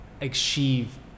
achieve